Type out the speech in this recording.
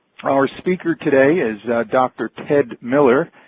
our speaker today is dr. ted miller.